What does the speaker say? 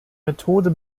methode